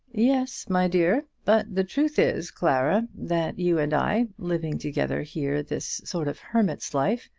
yes, my dear but the truth is, clara, that you and i, living together here this sort of hermit's life,